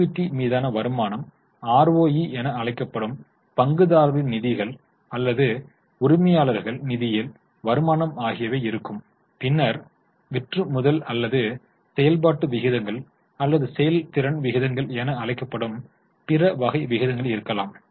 equity மீதான வருமானம் ROE என அழைக்கப்படும் பங்குதாரர்களின் நிதிகள் அல்லது உரிமையாளர்கள் நிதியில் வருமானம் ஆகியவை இருக்கும் பின்னர் விற்றுமுதல் அல்லது செயல்பாட்டு விகிதங்கள் அல்லது செயல்திறன் விகிதங்கள் என அழைக்கப்படும் பிற வகை விகிதங்கள் இருக்கலாம்